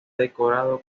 decorado